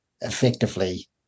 effectively